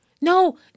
No